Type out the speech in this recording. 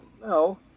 no